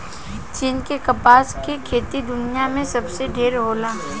चीन में कपास के खेती दुनिया में सबसे ढेर होला